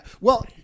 Well-